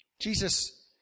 Jesus